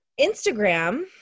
instagram